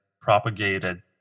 propagated